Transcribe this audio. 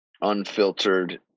unfiltered